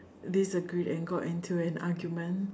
disagreed and got into an argument